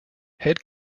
head